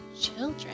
children